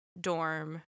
dorm